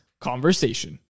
Conversation